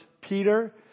Peter